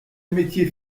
métier